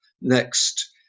next